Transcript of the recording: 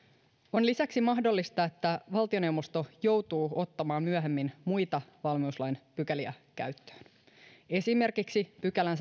on lisäksi mahdollista että valtioneuvosto joutuu ottamaan myöhemmin muita valmiuslain pykäliä käyttöön esimerkiksi sadannenkahdeksannentoista pykälän